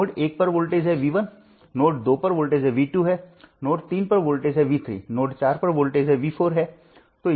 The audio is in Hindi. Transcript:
नोड 1 पर वोल्टेज है नोड 2 पर वोल्टेज है नोड 3 पर वोल्टेज है नोड 4 पर वोल्टेज है